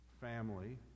family